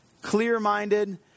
Clear-minded